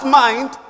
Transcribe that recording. mind